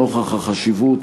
נוכח החשיבות